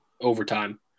overtime